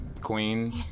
queen